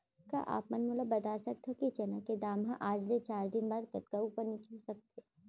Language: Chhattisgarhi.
का आप मन मोला बता सकथव कि चना के दाम हा आज ले चार दिन बाद कतका ऊपर नीचे हो सकथे?